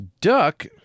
Duck